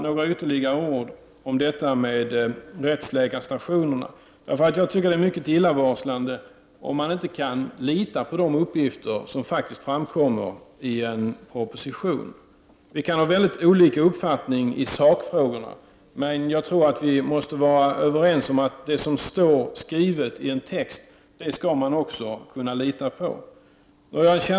Allra sist några ord om rättsläkarstationerna. Det är mycket illavarslande om det skulle vara så, att man inte kan lita på de uppgifter som finns i en proposition. Vi kan ha väldigt olika uppfattningar i sakfrågor. Men, och på den punkten är vi väl överens, det som står i en text skall man kunna lita på.